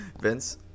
vince